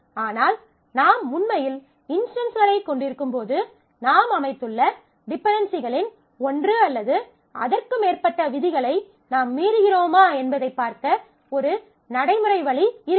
ஆனால் நாம் உண்மையில் இன்ஸ்டன்ஸ்களைக் கொண்டிருக்கும்போது நாம் அமைத்துள்ள டிபென்டென்சிகளின் ஒன்று அல்லது அதற்கு மேற்பட்ட விதிகளை நாம் மீறுகிறோமா என்பதைப் பார்க்க ஒரு நடைமுறை வழி இருக்காது